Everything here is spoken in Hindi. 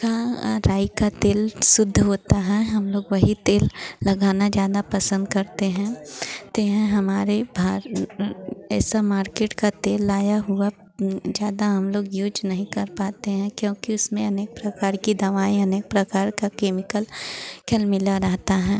का राई का तेल शुद्ध होता है हमलोग वही तेल लगाना ज़्यादा पसन्द करते हैं ते हैं हमारे भारत ऐसा मार्केट का तेल लाया हुआ ज़्यादा हमलोग यूज़ नहीं करते कर पाते हैं क्योंकि उसमें अनेक प्रकार की दवाएँ अनेक प्रकार का केमिकल कल मिला रहता है